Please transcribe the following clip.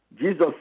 Jesus